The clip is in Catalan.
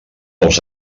els